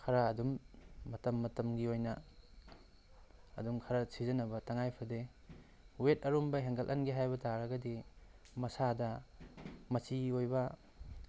ꯈꯔ ꯑꯗꯨꯝ ꯃꯇꯝ ꯃꯇꯝꯒꯤ ꯑꯣꯏꯅ ꯑꯗꯨꯝ ꯈꯔ ꯁꯤꯖꯤꯟꯅꯕ ꯇꯉꯥꯏ ꯐꯗꯦ ꯋꯦꯠ ꯑꯔꯨꯝꯕ ꯍꯦꯟꯀꯠꯍꯟꯒꯦ ꯍꯥꯏꯕ ꯇꯥꯔꯒꯗꯤ ꯃꯁꯥꯗ ꯃꯆꯤ ꯑꯣꯏꯕ